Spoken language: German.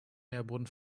nährboden